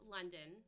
London